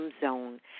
zone